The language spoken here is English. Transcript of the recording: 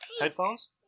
Headphones